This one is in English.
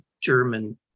German